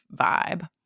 vibe